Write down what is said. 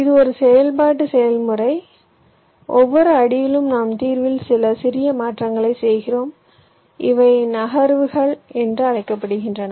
இது ஒரு செயல்பாட்டு செயல்முறை ஒவ்வொரு அடியிலும் நாம் தீர்வில் சில சிறிய மாற்றங்களைச் செய்கிறோம் இவை நகர்வுகள் என்று அழைக்கப்படுகின்றன